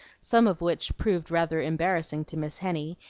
some of which proved rather embarrassing to miss henny,